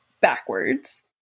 backwards